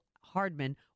Hardman